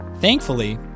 Thankfully